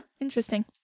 Interesting